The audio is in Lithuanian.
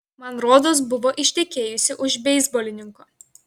man rodos buvo ištekėjusi už beisbolininko